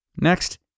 Next